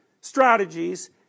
strategies